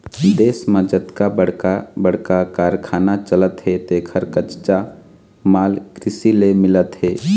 देश म जतका बड़का बड़का कारखाना चलत हे तेखर कच्चा माल कृषि ले मिलत हे